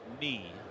knee